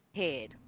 head